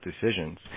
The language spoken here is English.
decisions